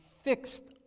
fixed